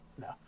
No